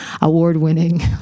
award-winning